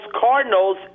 Cardinals